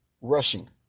Rushing